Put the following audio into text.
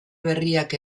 berriak